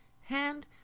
hand